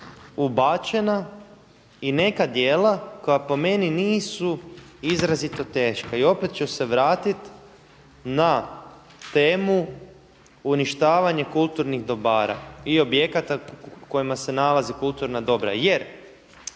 ubačena i neka djela koja po meni nisu izrazito teška i opet ću se vratiti na temu uništavanje kulturnih dobara i objekata u kojima se nalazi kulturna dobra. Jer